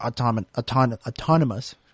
autonomous